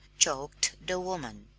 choked the woman.